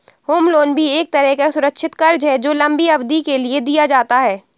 home loan भी एक तरह का सुरक्षित कर्ज है जो लम्बी अवधि के लिए दिया जाता है